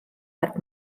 hat